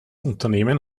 unternehmen